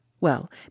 Well